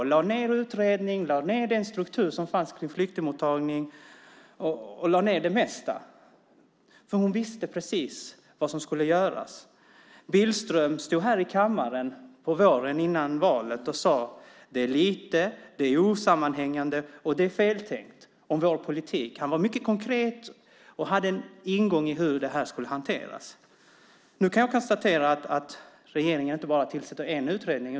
Hon lade ned utredning, lade ned den struktur som fanns kring flyktingmottagning och lade ned det mesta, för hon visste precis vad som skulle göras. Billström stod här i kammaren på våren innan valet och sade att det är lite, osammanhängande och feltänkt om vår politik. Han var mycket konkret och hade en ingång för hur det skulle hanteras. Nu kan jag konstatera att regeringen inte bara tillsätter en utredning.